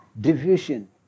diffusion